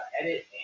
edit